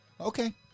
Okay